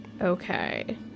Okay